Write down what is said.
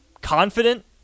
confident